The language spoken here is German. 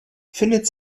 findet